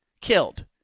killed